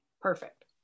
Perfect